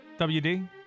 WD